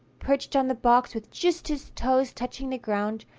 perched on the box with just his toes touching the ground,